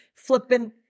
flipping